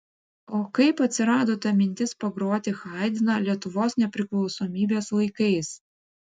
o kaip atsirado ta mintis pagroti haidną lietuvos nepriklausomybės laikais